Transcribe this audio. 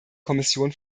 kommission